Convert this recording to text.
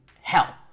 hell